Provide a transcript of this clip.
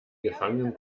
gefangenen